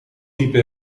type